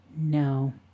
No